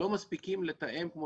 לא תמיד המשרדים מספיקים לתאם כמו